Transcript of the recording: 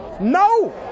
no